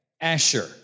Asher